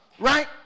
Right